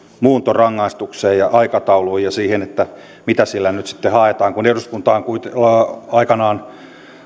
muuntorangaistukseen ja aikatauluun ja siihen mitä sillä nyt sitten haetaan kun eduskunta on aikanaan